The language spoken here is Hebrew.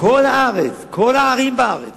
כל הארץ, כל הערים בארץ